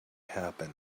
happen